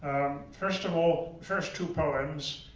first of all, first two poems,